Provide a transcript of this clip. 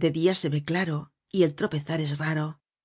de día se ve claro y el tropezar es raro era gavroche que